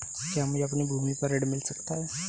क्या मुझे अपनी भूमि पर ऋण मिल सकता है?